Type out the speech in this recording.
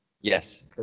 Yes